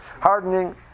hardening